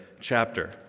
chapter